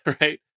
right